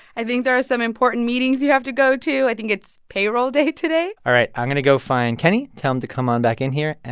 i think there are some important meetings you have to go to. i think it's payroll day today all right. i'm going to go find kenny, tell him to come on back in here.